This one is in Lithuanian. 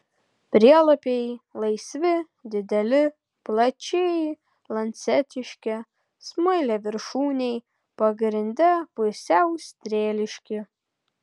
prielapiai laisvi dideli plačiai lancetiški smailiaviršūniai pagrinde pusiau strėliški